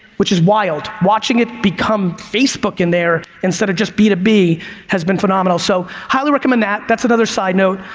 which is wild. watching it become facebook in there instead of just b to b has been phenomenal. so highly recommend that. that's another side note.